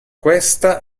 questa